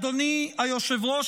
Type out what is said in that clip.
אדוני היושב-ראש,